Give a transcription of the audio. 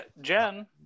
Jen